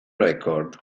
record